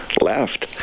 Left